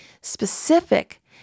specific